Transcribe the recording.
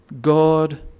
God